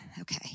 okay